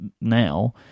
now